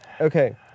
Okay